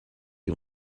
can